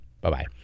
Bye-bye